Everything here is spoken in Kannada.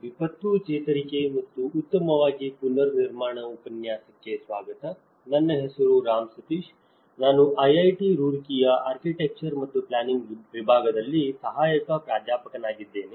ವಿಪತ್ತು ಚೇತರಿಕೆ ಮತ್ತು ಉತ್ತಮವಾಗಿಪುನರ್ನಿರ್ಮಾಣ ಉಪನ್ಯಾಸಕ್ಕೆ ಸ್ವಾಗತ ನನ್ನ ಹೆಸರು ರಾಮ್ ಸತೀಶ್ ನಾನು IIT ರೂರ್ಕಿಯ ಆರ್ಕಿಟೆಕ್ಚರ್ ಮತ್ತು ಪ್ಲಾನಿಂಗ್ ವಿಭಾಗದಲ್ಲಿ ಸಹಾಯಕ ಪ್ರಾಧ್ಯಾಪಕನಾಗಿದ್ದೇನೆ